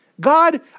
God